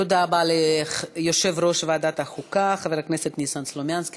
תודה ליושב-ראש ועדת החוקה חבר הכנסת ניסן סלומינסקי.